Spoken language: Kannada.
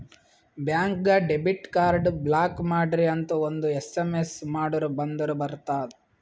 ಬ್ಯಾಂಕ್ಗ ಡೆಬಿಟ್ ಕಾರ್ಡ್ ಬ್ಲಾಕ್ ಮಾಡ್ರಿ ಅಂತ್ ಒಂದ್ ಎಸ್.ಎಮ್.ಎಸ್ ಮಾಡುರ್ ಬಂದ್ ಮಾಡ್ತಾರ